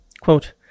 Quote